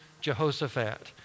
Jehoshaphat